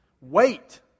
Wait